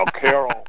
Carol